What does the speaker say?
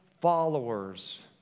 followers